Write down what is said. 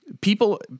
People